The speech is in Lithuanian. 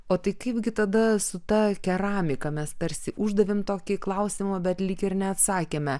o tai kaipgi tada su ta keramika mes tarsi uždavėm tokį klausimą bet lyg ir neatsakėme